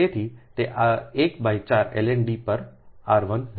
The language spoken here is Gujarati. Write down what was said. તેથી તે 1 બાય 4 ln D પર r 1 હશે